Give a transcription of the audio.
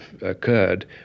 occurred